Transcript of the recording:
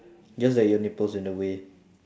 just that your nipples' in the way